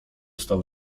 stał